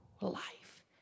life